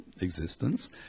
existence